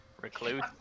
Recluse